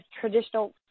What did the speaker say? traditional